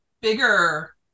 bigger